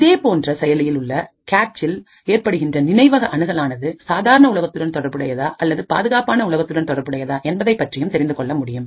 இதேபோன்ற செயலியில் உள்ள கேட்சில் ஏற்படுகின்ற நினைவக அணுகல் ஆனது சாதாரண உலகத்துடன் தொடர்புடையதா அல்லது பாதுகாப்பான உலகத்துடன் தொடர்புடையதா என்பதைப் பற்றியும் தெரிந்துகொள்ள முடியும்